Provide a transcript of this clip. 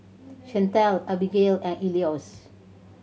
Chantelle Abigayle and Elois